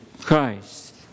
Christ